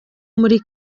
muri